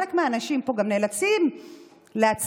חלק מהאנשים פה גם נאלצים להצביע,